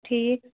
ٹھیٖک